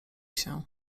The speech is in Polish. się